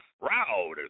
proud